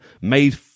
made